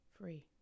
free